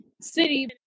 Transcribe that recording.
city